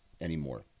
anymore